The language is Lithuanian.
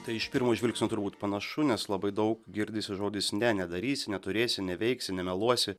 tai iš pirmo žvilgsnio turbūt panašu nes labai daug girdisi žodis ne nedarysi neturėsi neveiksi nemeluosi